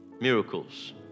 miracles